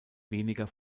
weniger